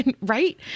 right